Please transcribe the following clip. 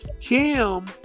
Kim